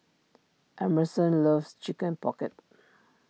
Emerson loves Chicken Pocket